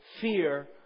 fear